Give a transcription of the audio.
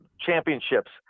championships